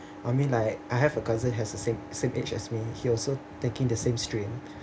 I mean like I have a cousin has the same same age as me he also taking the same stream